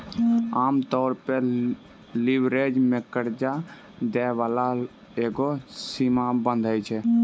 आमतौरो पे लीवरेज मे कर्जा दै बाला एगो सीमा बाँधै छै